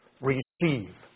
receive